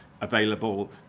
available